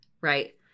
right